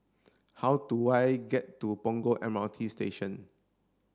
how do I get to Punggol M R T Station